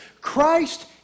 Christ